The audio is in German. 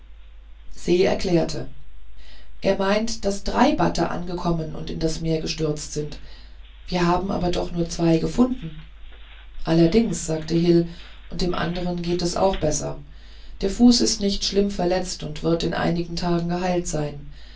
se erklärte er meint daß drei bate angekommen und in das meer gestürzt sind wir haben aber doch nur zwei gefunden allerdings sagte hil und dem andern geht es auch besser der fuß ist nicht schlimm verletzt und wird in einigen tagen geheilt sein